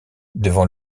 devant